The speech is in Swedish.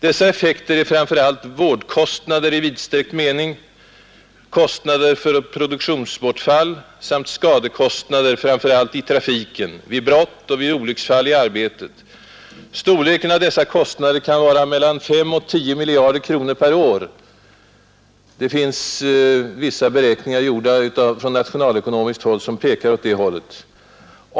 Dessa effekter är framför allt vårdkostnader i vidsträckt mening, kostnader för produktionsbortfall samt skadekostnader framför allt i trafiken, vid brott och vid olycksfall i arbetet. Storleken av dessa kostnader kan vara mellan 5 och 10 miljarder kronor per år. Det finns vissa beräkningar gjorda på nationalekonomiskt håll som klart pekar dithän.